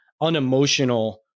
unemotional